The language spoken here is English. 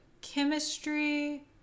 chemistry